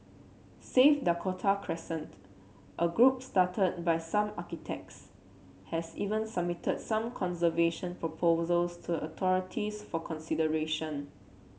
save Dakota Crescent a group started by some architects has even submitted some conservation proposals to a authorities for consideration